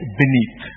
beneath